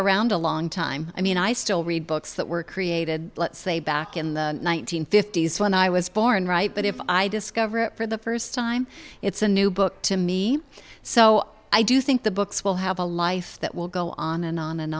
around a long time i mean i still read books that were created let's say back in the one nine hundred fifty s when i was born right but if i discover it for the first time it's a new book to me so i do think the books will have a life that will go on and on and